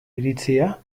iritzia